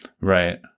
Right